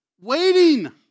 waiting